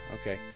Okay